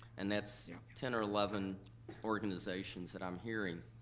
and that's ten or eleven organizations that i'm hearing,